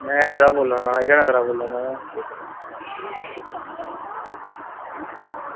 में इद्धरा बोल्ला ना हीरानगर दा बोल्ला ना